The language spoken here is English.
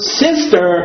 sister